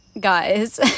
guys